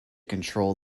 control